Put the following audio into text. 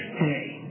today